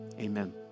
Amen